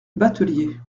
batelier